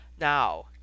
now